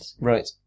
Right